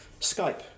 Skype